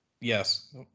yes